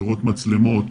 לראות מצלמות.